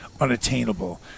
unattainable